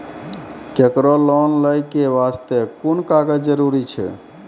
केकरो लोन लै के बास्ते कुन कागज जरूरी छै?